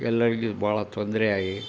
ಎಲ್ಲ ಇಲ್ಲಿ ಭಾಳ ತೊಂದರೆಯಾಗಿ